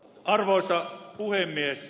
arvoisa puhemies